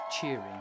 cheering